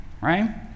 right